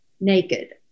naked